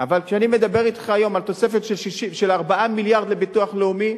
אבל כשאני מדבר אתך היום על תוספת של 4 מיליארד לביטוח לאומי,